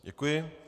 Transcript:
Děkuji.